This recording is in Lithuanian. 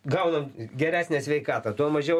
gaunam geresnę sveikatą tuo mažiau